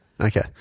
Okay